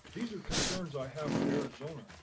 these are concerns i have for arizona.